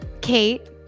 Kate